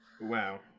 Wow